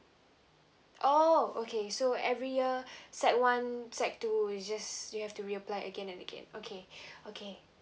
oh okay so every year set one set two you just you have to reapply again and again okay okay